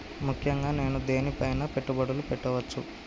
ముఖ్యంగా నేను దేని పైనా పెట్టుబడులు పెట్టవచ్చు?